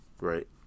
Right